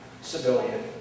civilian